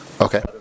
Okay